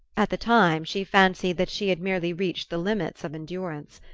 at the time she fancied that she had merely reached the limits of endurance.